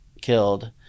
killed